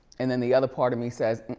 and then the other part of me says,